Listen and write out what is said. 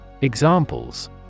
Examples